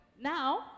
Now